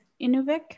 Inuvik